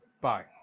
Bye